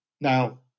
Now